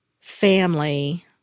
family